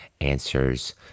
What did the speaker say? answers